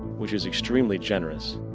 which is extremely generous,